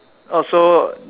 uh so